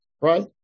Right